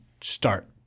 start